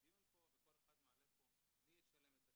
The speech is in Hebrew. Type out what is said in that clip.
הדיון פה, וכל אחד מעלה פה מי ישלם את הכסף,